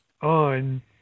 on